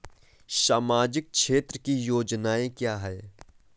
सामाजिक क्षेत्र की योजनाएँ क्या हैं?